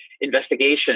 investigation